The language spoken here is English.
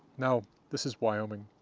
now, this is wyoming.